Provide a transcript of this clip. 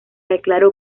declaró